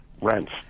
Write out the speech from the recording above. rents